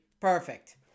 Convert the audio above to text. Perfect